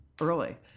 early